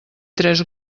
tres